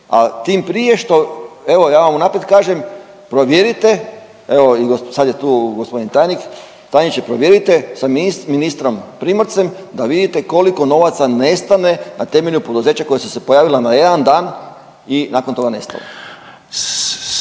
a tim prije što, evo ja vam unaprijed kažem provjerite, evo sad je tu g. tajnik, tajniče provjerite sa ministrom Primorcem da vidite koliko novaca nestane na temelju poduzeća koja su se pojavila na jedan dan i nakon toga nestala.